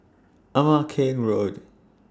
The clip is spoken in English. Ama Keng Road